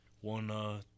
One